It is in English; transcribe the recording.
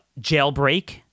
jailbreak